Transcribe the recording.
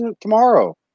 tomorrow